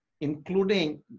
including